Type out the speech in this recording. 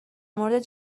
مورد